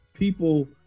People